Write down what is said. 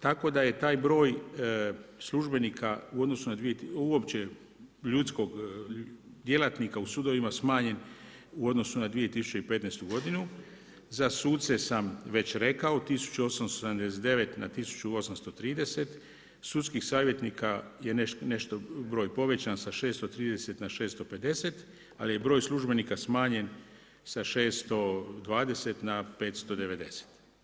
Tako da je taj broj službenika uopće ljudskog djelatnika u sudovima smanjen u odnosu na 2015. g. Za suce sam već rekao 1879 na 1830, sudskih savjetnika je nešto broj povećan sa 630 na 650, ali je broj službenika smanjen sa 620 na 590.